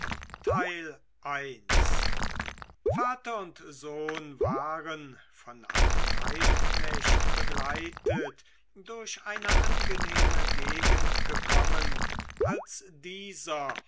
vater und sohn waren von einem reitknecht begleitet durch eine angenehme gegend gekommen als dieser